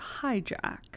hijack